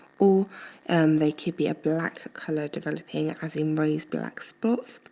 or and they could be a black color developing as in rose black spots.